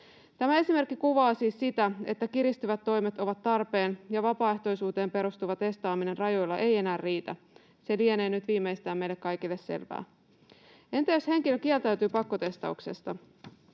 Tämä esimerkki kuvaa siis sitä, että kiristyvät toimet ovat tarpeen ja vapaaehtoisuuteen perustuva testaaminen rajoilla ei enää riitä. Se lienee viimeistään nyt meille kaikille selvää. Entä jos henkilö kieltäytyy pakkotestauksesta?